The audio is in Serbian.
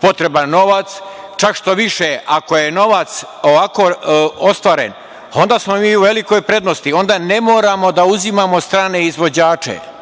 potreban novac, čak šta više, ako je novac ovako ostvaren, onda smo mi u velikoj prednosti, onda ne moramo da uzimamo strane izvođače